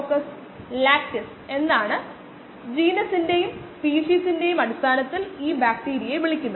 85 അതിനാൽ അതു നമ്മൾ 0 യും 10 ന്റെയും ഇടയിൽ കേന്ദ്രബിന്ദുവിന് കൊടുത്തിരിക്കുന്നു